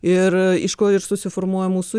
ir iš ko ir susiformuoja mūsų